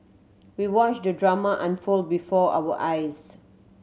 we watched the drama unfold before our eyes